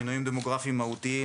שינויים דמוגרפיים מהותיים,